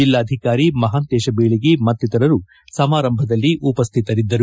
ಜಿಲ್ಲಾಧಿಕಾರಿ ಮಹಾಂತೇಶ ಬೀಳಗಿ ಮತ್ತಿತರರು ಸಮಾರಂಭದಲ್ಲಿ ಉಪಸ್ವಿತರಿದ್ದರು